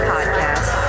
Podcast